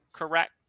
correct